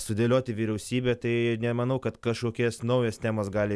sudėlioti vyriausybę tai nemanau kad kažkokias naujas temas gali